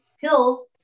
pills